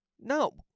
No